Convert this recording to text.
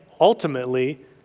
ultimately